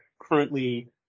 currently